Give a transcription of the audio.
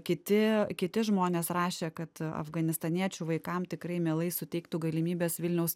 kiti kiti žmonės rašė kad afganistaniečių vaikam tikrai mielai suteiktų galimybes vilniaus